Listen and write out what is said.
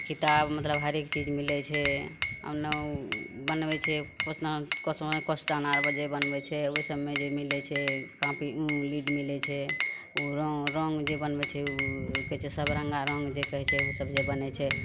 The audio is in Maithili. किताब मतलब हरेक चीज मिलै छै ओनहु बनबै छै कोस क्वेश्चन आओर जे बनबै छै ओहि सबमे जे मिलै छै कॉपी ओ लीड मिलै छै ओ रङ्ग जे बनबै छै ओ कहै छै सबरङ्गा रङ्ग जे कहै छै ओसब जे बनै छै